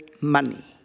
money